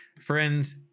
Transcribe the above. friends